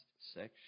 section